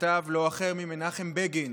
שכתב לא אחר ממנחם בגין